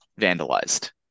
vandalized